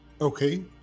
okay